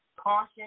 caution